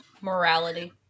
Morality